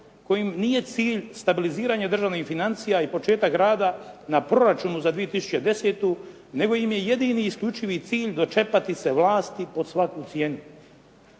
kojem nije cilj stabiliziranje državnih financija i početak rada na proračunu za 2010. nego im je jedini i isključiti cilj dočepati se vlasti pod svaku cijenu.